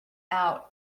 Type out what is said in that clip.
out